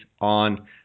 on